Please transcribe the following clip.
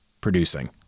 producing